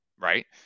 right